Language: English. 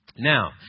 Now